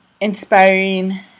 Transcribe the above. inspiring